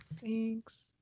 Thanks